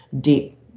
deep